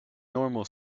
normal